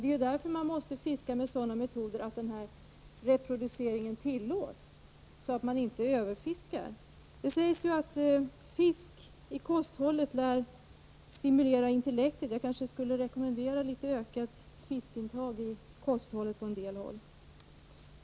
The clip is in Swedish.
Det är därför som fisket måste ske med sådana metoder att reproduceringen tillåts och så att det inte sker ett överfiske. Det sägs att fisk i kosthållningen stimulerar intellektet. Jag kanske skulle rekommendera ett ökat fiskintag i kosthållningen på en del håll.